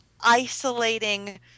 isolating